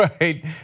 right